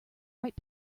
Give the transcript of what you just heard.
right